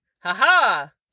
ha-ha